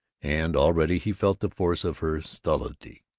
and already he felt the force of her stolidity,